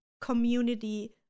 community